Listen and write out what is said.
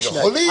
הם יכולים.